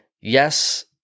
yes